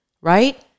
right